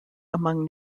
among